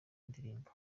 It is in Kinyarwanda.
indirimbo